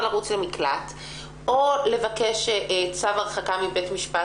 לרוץ למקלט או לבקש צו הרחקה מבית משפט.